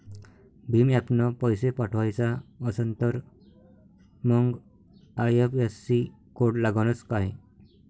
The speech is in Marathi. भीम ॲपनं पैसे पाठवायचा असन तर मंग आय.एफ.एस.सी कोड लागनच काय?